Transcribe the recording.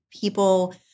people